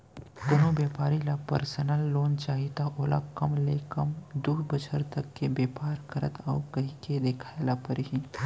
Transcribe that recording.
कोनो बेपारी ल परसनल लोन चाही त ओला कम ले कम दू बछर तक के बेपार करत हँव कहिके देखाए ल परही